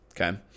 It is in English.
okay